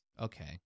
Okay